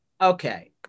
Okay